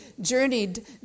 journeyed